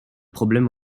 problèmes